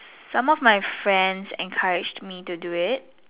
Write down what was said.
some of my friends encourage me to do it